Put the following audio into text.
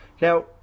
Now